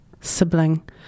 sibling